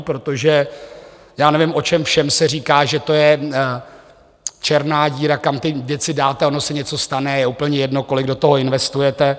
Protože já nevím, o čem všem se říká, že to je černá díra, kam ty věci dáte, ono se něco stane, je úplně jedno, kolik do toho investujete.